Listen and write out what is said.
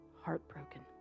heartbroken